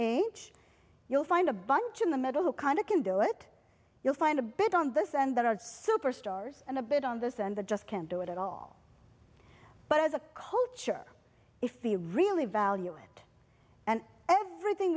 age you'll find a bunch in the middle who kind of can do it you'll find a bit on this and there are superstars and a bit on this and that just can't do it at all but as a culture if we really value it and everything